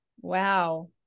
wow